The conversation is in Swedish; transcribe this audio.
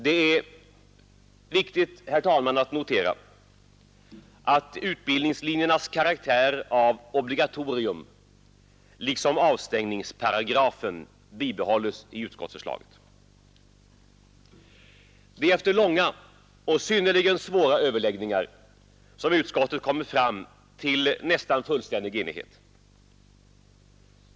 Det är viktigt, herr talman, att notera att utbildningslinjernas karaktär av obligatorium liksom avstängningsparagrafen bibehålles i utskottsförslaget. Det är efter långa och synnerligen svåra överläggningar som utskottet kommit fram till nästan fullständig enighet.